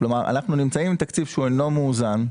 אנחנו נמצאים בתקציב שאינו מאוזן,